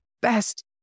best